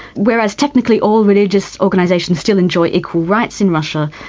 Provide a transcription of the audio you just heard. whereas technically all religious organisations still enjoy equal rights in russia,